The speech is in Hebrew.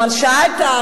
שאלת,